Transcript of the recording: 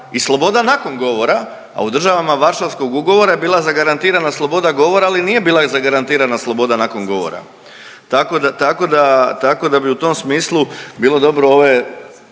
i sloboda nakon govora, a u državama Varšavskog ugovora je bila zagarantirana sloboda govora, ali nije bila i zagarantirana sloboda nakon govora. Tako da, tako da, tako da bi u tom smislu bilo dobro ove